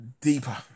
deeper